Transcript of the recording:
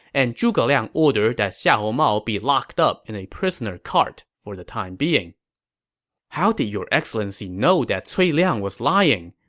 and zhuge liang ordered that xiahou mao be locked up in a prisoner cart for the time being how did your excellency know that cui liang was lying?